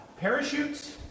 parachutes